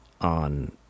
on